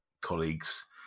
colleagues